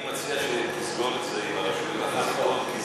אני מציע שתסגור את זה עם הרשויות החזקות, נכון.